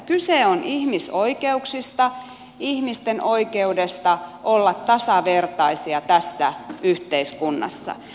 kyse on ihmisoikeuksista ihmisten oikeudesta olla tasavertaisia tässä yhteiskunnassa